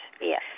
Yes